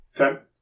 Okay